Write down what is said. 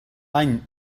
any